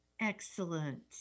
Excellent